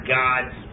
gods